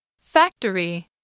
Factory